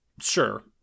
Sure